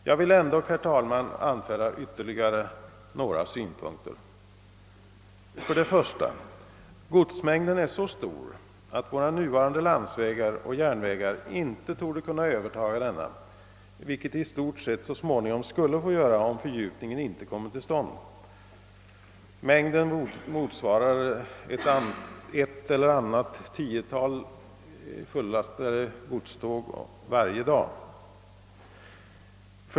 Jag vill ändock, herr talman, anföra ytterligare några synpunkter. Godsmängden är så stor att våra nuvarande landsvägar och järnvägar inte torde kunna övertaga den, vilket de i stort sett så småningom skulle få göra om fördjupningen inte kommer till stånd. Mängden motsvarar ett eller annat tiotal fullastade godståg varje dag.